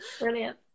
Brilliant